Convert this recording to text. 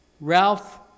Ralph